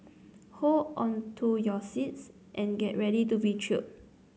hold on to your seats and get ready to be thrilled